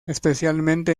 especialmente